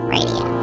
Radio